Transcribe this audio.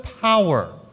power